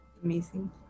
Amazing